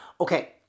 Okay